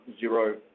zero